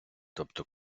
тобто